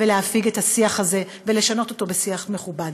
להפיג את השיח הזה ולשנות אותו לשיח מכובד.